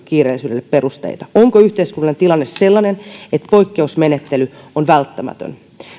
kiireellisyydelle perusteita onko yhteiskunnallinen tilanne sellainen että poikkeusmenettely on välttämätön